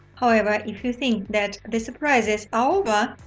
however, if you think that the surprises are over,